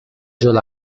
july